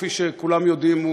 כמו שכולם יודעים,